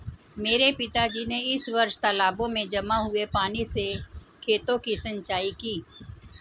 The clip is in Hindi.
मेरे पिताजी ने इस वर्ष तालाबों में जमा हुए पानी से खेतों की सिंचाई की